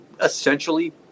essentially